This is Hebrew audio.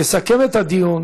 יסכם את הדיון